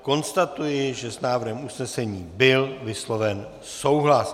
Konstatuji, že s návrhem usnesení byl vysloven souhlas.